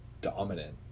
dominant